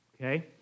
Okay